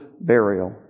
burial